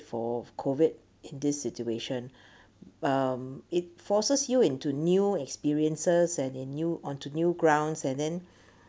for COVID in this situation um it forces you into new experiences and in new onto new grounds and then